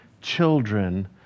children